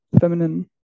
feminine